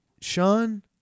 Sean